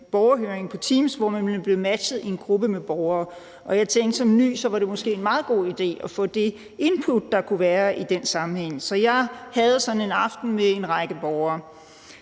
borgerhøring på Teams, hvor man i en gruppe blev matchet med borgere. Jeg tænkte, at som ny var det måske en meget god idé at få det input, der kunne være i den sammenhæng, så jeg havde sådan en aften med en række borgere.